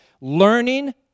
learning